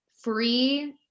free